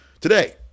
Today